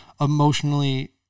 emotionally